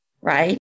right